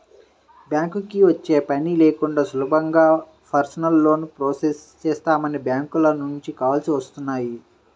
బ్యాంకుకి వచ్చే పని లేకుండా సులభంగా పర్సనల్ లోన్ ప్రాసెస్ చేస్తామని బ్యాంకుల నుంచి కాల్స్ వస్తున్నాయి